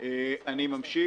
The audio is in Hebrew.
אני ממשיך.